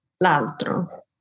l'altro